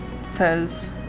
Says